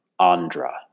Andra